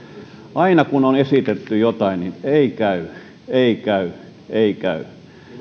aina kun on esitetty jotain niin ei käy ei käy ei käy